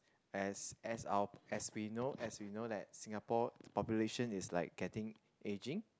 as as our as we know as we know that Singapore population is like getting aging